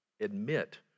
admit